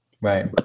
Right